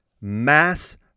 mass